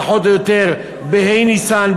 פחות או יותר בה' בניסן,